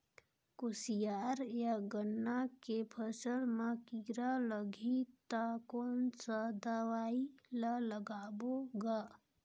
कोशियार या गन्ना के फसल मा कीरा लगही ता कौन सा दवाई ला लगाबो गा?